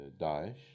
Daesh